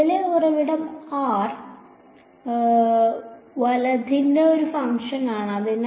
നിലവിലെ ഉറവിടം r വലത്തിന്റെ ഒരു ഫംഗ്ഷനാണ്